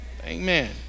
Amen